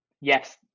yes